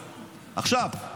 עכשיו,